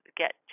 get